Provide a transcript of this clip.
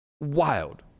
wild